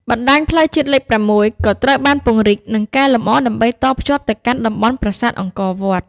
បណ្តាញផ្លូវជាតិលេខ ៦ ក៏ត្រូវបានពង្រីក និងកែលម្អដើម្បីតភ្ជាប់ទៅកាន់តំបន់ប្រាសាទអង្គរវត្ត។